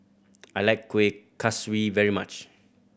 I like Kueh Kaswi very much